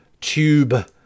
tube